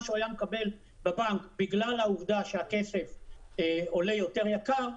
שהוא היה מקבל בבנק בגלל העובדה שהכסף עולה יותר יקר,